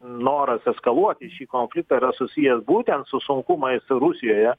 noras eskaluoti šį konfliktą yra susijęs būtent su sunkumais rusijoje